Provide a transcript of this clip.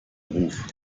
ruf